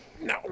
No